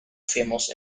famous